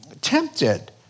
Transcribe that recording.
tempted